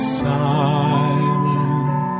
silent